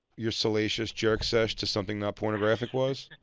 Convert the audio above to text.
your salacious jerk sesh to something not pornographic was.